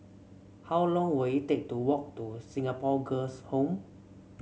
how long will it take to walk to Singapore Girls' Home